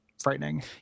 frightening